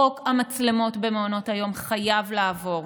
חוק המצלמות במעונות היום חייב לעבור.